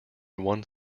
one